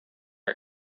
one